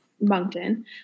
Moncton